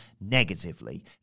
negatively